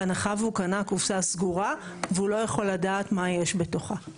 בהנחה והוא קנה קופסה סגורה והוא לא יכול לדעת מה יש בתוכה.